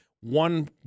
One